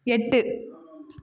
எட்டு